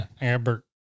Albert